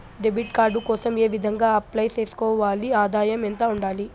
Debit card కోసం ఏ విధంగా అప్లై సేసుకోవాలి? ఆదాయం ఎంత ఉండాలి?